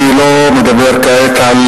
אני לא מדבר כעת על